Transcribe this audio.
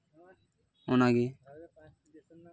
ᱚᱱᱟᱜᱮ